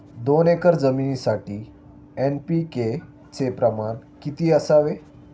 दोन एकर जमिनीसाठी एन.पी.के चे प्रमाण किती असावे?